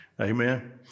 Amen